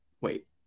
Wait